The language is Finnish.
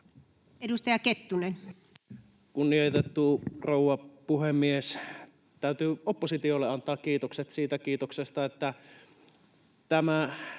13:15 Content: Kunnioitettu rouva puhemies! Täytyy oppositiolle antaa kiitokset kiitoksesta ja siitä, että tämä